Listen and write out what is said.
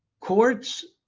courts,